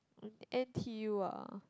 NTU ah